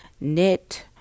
knit